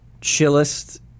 chillest